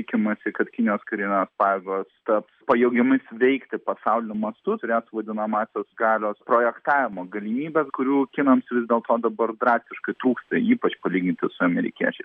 tikimasi kad kinijos karinės pajėgos taps pajėgiomis veikti pasauliniu mastu turėtų vadinamąsias galios projektavimo galimybes kurių kinams vis dėl to dabar drastiškai trūksta ypač palyginti su amerikiečiais